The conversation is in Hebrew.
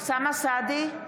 אוסאמה סעדי,